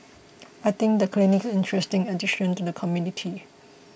I think the clinic is an interesting addition to the community